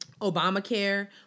Obamacare